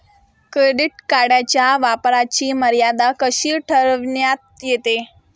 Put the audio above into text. Credit कार्डच्या वापराची मर्यादा कशी ठरविण्यात येते?